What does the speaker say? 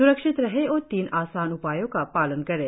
स्रक्षित रहें और तीन आसान उपायों का पालन करें